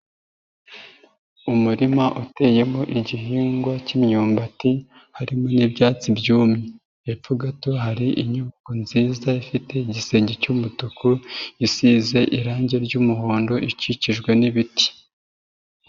Umurima uteyemo igihingwa k'imyumbati harimo n'ibyatsi byumye, hepfo gato hari inyubako nziza ifite igisenge cy'umutuku, isize irangi ry'umuhondo ikikijwe n'ibiti.